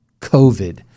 COVID